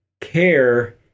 care